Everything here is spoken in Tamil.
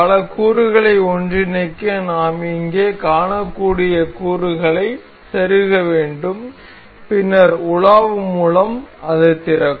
பல கூறுகளை ஒன்றிணைக்க நாம் இங்கே காணக்கூடிய கூறுகளை செருக வேண்டும் பின்னர் உலாவு மூலம் அது திறக்கும்